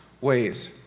ways